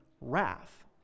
wrath